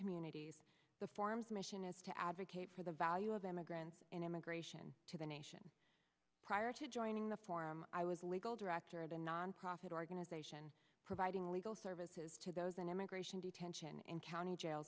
communities the forms mission is to advocate for the value of immigrants in immigration to the nation prior to joining the forum i was a legal director of a nonprofit organization providing legal services to those in immigration detention in county jail